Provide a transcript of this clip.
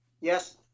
Yes